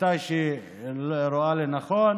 מתי שהיא רואה לנכון.